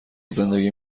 زندگی